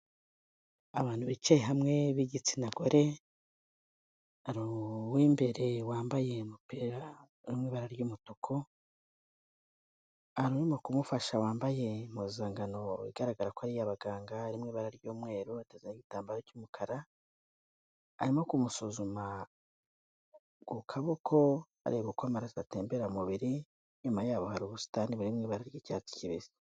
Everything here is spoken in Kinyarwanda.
Abantu bicaye hamwe b'igitsina gore. Hari uw'imbere wambaye umupira w'ibara ry'umutuku. Hari uri kumufasha wambaye impuzankano bigaragara ko ari iy'abaganga, harimwo ibara ry'umweru, yateze n'igitambaro cy'umukara, arimo kumusuzuma ku kaboko, areba uko amaraso atembera mubiri. Inyuma yabo hari ubusitani buri mu ibara ry'icyatsi kibisi.